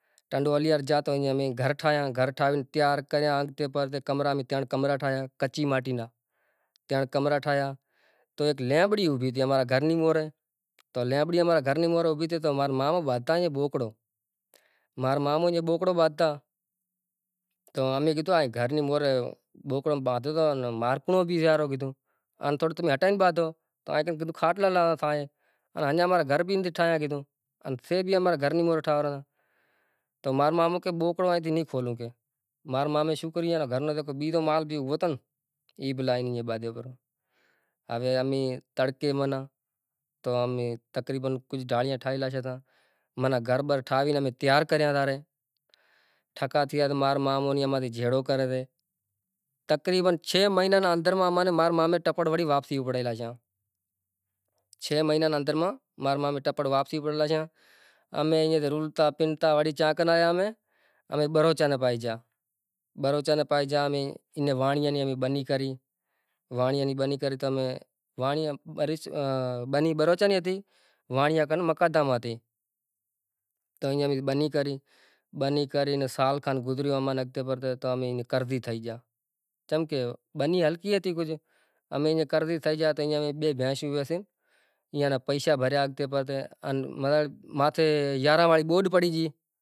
مرساں نو، بصر نو زاں چماٹان نو کھیریو نیہکرے چماٹاں نو پاٹیوں نیہرے تو مٹراں رو بھی پانٹیئے رو حساب تھی، تھوڑو ویکرو نیکرے، تو مٹر نیں ایوا حساب سیں واہونڑو پڑے کہ اینی ویہر تھے صرف ادھ فوٹ ماتھے، ادھ فوٹ زاں فوٹ موٹو سے اینو ایک ایک دانڑو ہنڑو ای بھ تھائیسے زاں ہوکے میں وہاوو تو ایوے حساب تھیں وہاوو زاں پانڑی ہنڑائو تو گارا میں ناں ہنڑو، ریسال میں ویہورائیجسے، مٹر میں بھی آمد سوٹھی سے پنڑ ای ماں محنت بھی لاگشے چمکہ ای ماں گڈ بھی نیہرے سے، دوا بھی لاگشے ویہاونڑ بھی ڈوکھیا پڑیں چم کہ ایک ایک دانڑو پٹنڑو پڑے پنڑ ریٹ تو پسے نصیب روں سے، کنیں ترن سو چار سو روپیا کلو ویسازتو، اتاں رے رگو چالیہہ روپیا کلو ویسایو، آبادگار ناں تو نقصان سے۔ ہے آنپڑے کن واہیاں پاشاٹا تو لازمی نقشان باندشاں، اے آگاٹو تو آنپڑی بنیاں میں تھاتو نتھی۔ تو مٹر ای سوٹھی شے سے جیکڈنہں ایئے ناں آگاٹو ہواہوشو تو بئے روپیا مزوری زڑشے ائیں جیکڈہں پاشاٹو واہیو